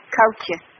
culture